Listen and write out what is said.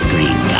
Green